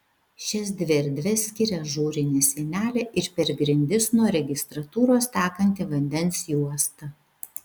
šias dvi erdves skiria ažūrinė sienelė ir per grindis nuo registratūros tekanti vandens juosta